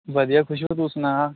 ਵਧੀਆ ਖੁਸ਼ਬੂ ਤੂੰ ਸੁਣਾ